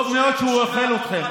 טוב מאוד שהוא אוכל אתכם.